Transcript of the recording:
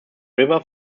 river